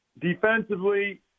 Defensively